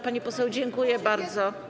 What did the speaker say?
Pani poseł, dziękuję bardzo.